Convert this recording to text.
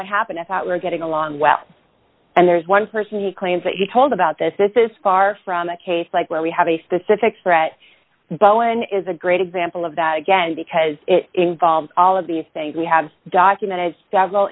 what happened i thought we're getting along well and there's one person he claims that he told about this this is far from a case like where we have a specific threat bowen is a great example of that again because it involves all of these things we have documented several